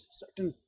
certain